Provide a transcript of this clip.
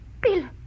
Bill